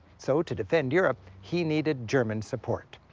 so to defend europe, he needed german support.